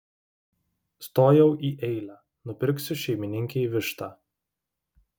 stojau į eilę nupirksiu šeimininkei vištą